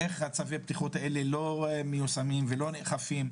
איך צווי הבטיחות האלה לא מיושמים ולא נאכפים.